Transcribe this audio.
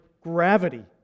gravity